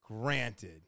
granted